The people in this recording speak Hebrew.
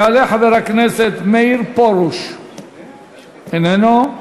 יעלה חבר הכנסת מאיר פרוש, איננו.